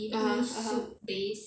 (uh huh) (uh huh)